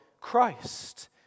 Christ